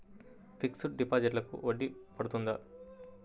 Fixed డిపాజిట్లకు వడ్డీ పడుతుందా?